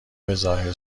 بهظاهر